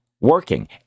working